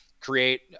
create